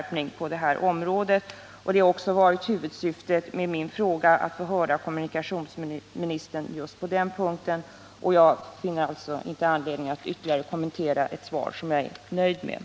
Det kan därför finnas anledning att skärpa straffet.